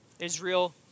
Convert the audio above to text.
Israel